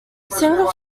single